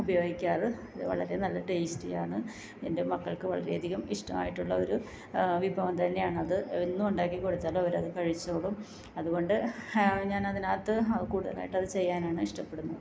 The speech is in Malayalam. ഉപയോഗിക്കാറ് അത് വളരെ നല്ല ടേസ്റ്റിയാണ് എന്റെ മക്കൾക്ക് വളരെയധികം ഇഷ്ടമായിട്ടുള്ള ഒരു വിഭവം തന്നെയാണത് എന്നും ഉണ്ടാക്കിക്കൊടുത്താലും അവരത് കഴിച്ചോളും അതുകൊണ്ട് ഞാൻ അതിനകത്ത് കൂടുതലായിട്ടത് ചെയ്യാനാണ് ഇഷ്ടപ്പെടുന്നത്